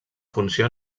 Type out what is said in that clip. funció